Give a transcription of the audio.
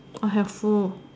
I have four